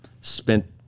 spent